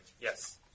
Yes